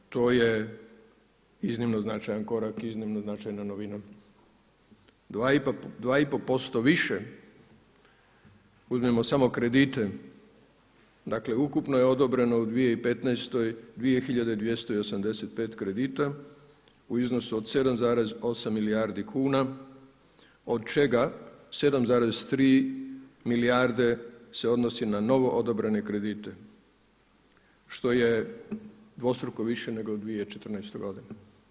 To je iznimno značajan korak i iznimno značajna novina, 2,5% više, uzmimo samo kredite, dakle ukupno je odobreno u 2015. 2.285 kredita u iznosu od 7,8 milijardi kuna od čega 7,3 milijarde se odnosi na novo odobrene kredite, što je dvostruko više nego 2014. godine.